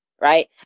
right